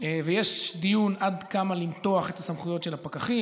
ויש דיון עד כמה למתוח את הסמכויות של הפקחים.